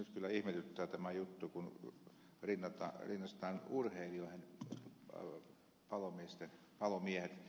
nyt kyllä ihmetyttää tämä juttu kun rinnastetaan urheilijoihin palomiehet